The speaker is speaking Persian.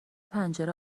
پنجره